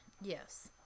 Yes